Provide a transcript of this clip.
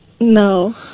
No